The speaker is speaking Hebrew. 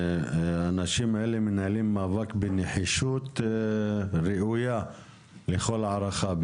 האנשים האלה מנהלים מאבק בנחישות ראויה לכל הערכה.